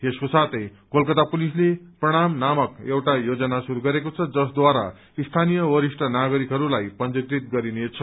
यसको साथै कोलकता पुलिसले प्रणाम नामक एउटा योजना श्रुरू गरेको छ जसद्वारा स्थानीय वरिष्ठ नागरिकहरूलाई पंजीकृत गरिनेछ